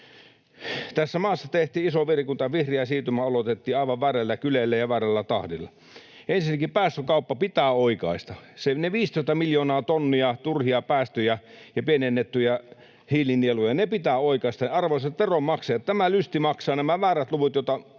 Tässä maassa tehtiin iso virhe, kun tämä vihreä siirtymä aloitettiin aivan väärällä kyljellä ja väärällä tahdilla. Ensinnäkin päästökauppa pitää oikaista. Ne 15 miljoonaa tonnia turhia päästöjä ja pienennettyjä hiilinieluja pitää oikaista. Arvoisat veronmaksajat, tämä lysti maksaa. Nämä väärät luvut, joita